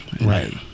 Right